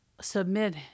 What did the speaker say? submit